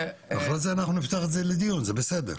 אחרי זה אנחנו נפתח את זה לדיון, זה בסדר.